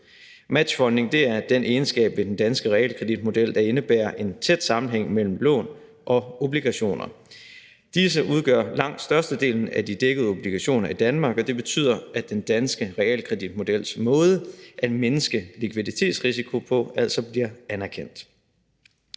Matchfunding er den egenskab ved den danske realkreditmodel, der indebærer en tæt sammenhæng mellem lån og obligationer. Disse udgør langt størstedelen af de dækkede obligationer i Danmark, og det betyder, at den danske realkreditmodels måder at mindske likviditetsrisiko på altså bliver anerkendt.